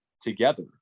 together